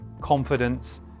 confidence